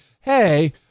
hey